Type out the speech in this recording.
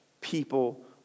people